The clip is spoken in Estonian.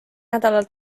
nädalal